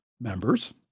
members